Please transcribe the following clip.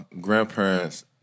grandparents